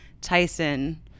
Tyson